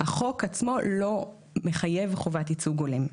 החוק עצמו לא מחייב חובת ייצוג הולם.